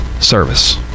service